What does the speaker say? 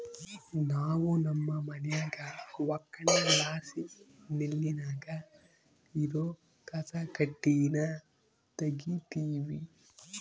ನಾವು ನಮ್ಮ ಮನ್ಯಾಗ ಒಕ್ಕಣೆಲಾಸಿ ನೆಲ್ಲಿನಾಗ ಇರೋ ಕಸಕಡ್ಡಿನ ತಗೀತಿವಿ